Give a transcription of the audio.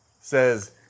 says